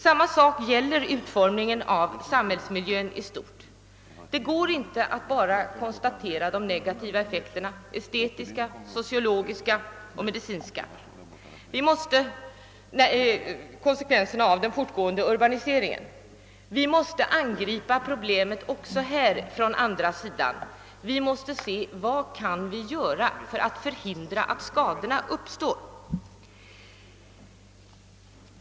Samma sak gäller utformningen av samhällsmiljön i stort. Vi får inte bara konstatera de negativa estetiska, sociologiska och medicinska effekterna. Vi måste också ta konsekvenserna av den fortgående urbaniseringen och angripa problemet så att säga från andra sidan och se vad vi kan göra för att förhindra att skadorna uppstår.